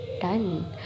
done